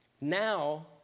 Now